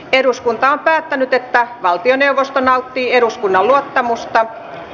eduskunta päätti että valtioneuvosto nauttii eduskunnan luottamusta